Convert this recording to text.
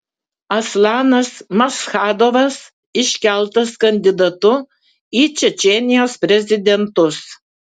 aslanas maschadovas iškeltas kandidatu į čečėnijos prezidentus